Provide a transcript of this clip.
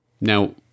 now